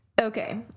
Okay